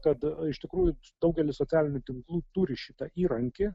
kad iš tikrųjų daugelis socialinių tinklų turi šitą įrankį